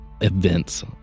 events